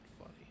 funny